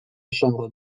chambre